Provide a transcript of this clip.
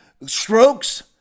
strokes